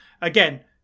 Again